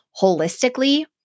holistically